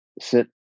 sit